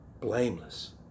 blameless